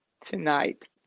tonight